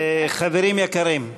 חברים יקרים,